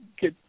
get